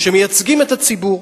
שמייצגים את הציבור.